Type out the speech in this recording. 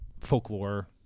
folklore